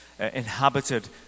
inhabited